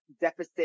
Deficit